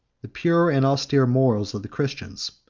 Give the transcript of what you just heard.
the pure and austere morals of the christians.